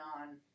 on